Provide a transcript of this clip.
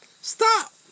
Stop